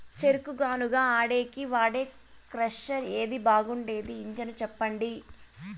చెరుకు గానుగ ఆడేకి వాడే క్రషర్ ఏది బాగుండేది ఇంజను చెప్పండి?